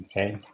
Okay